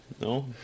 no